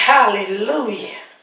Hallelujah